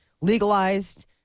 legalized